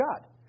God